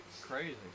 Crazy